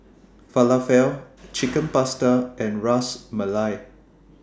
Falafel Chicken Pasta and Ras Malai